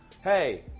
hey